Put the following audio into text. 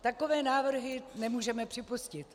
Takové návrhy nemůžeme připustit.